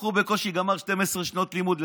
הבחור בקושי גמר 12 שנות לימוד.